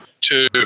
two